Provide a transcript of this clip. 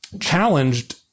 challenged